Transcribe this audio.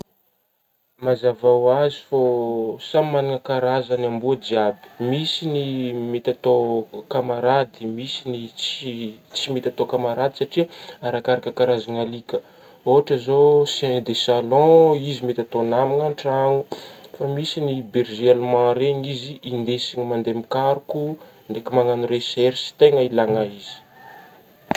Mazava hoazy fô samy mana karazany amboa jiaby, misy ny mety atao kamarady, misy ny tsy- tsy mety atao kamarady satria arakaraka karazana alika ôhatra zao chien de salon izy mety atao namana an-trano, fa misy ny bergé allemand reny izy indesina mande mikaroko ndreiky manano recherche tena ilana izy.